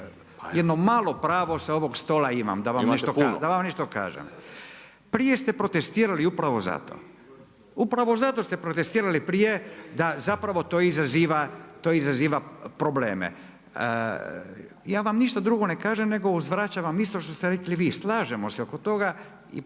jedno malo pravo s ovog stola imam da vam nešto kažem. Prije ste protestirali upravo za to, upravo zato ste protestirali prije da zapravo to izaziva probleme. Ja vam ništa drugo ne kažem nego uzvraćam isto što ste rekli vi, slažemo se oko toga i nastojimo